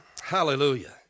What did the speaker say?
Hallelujah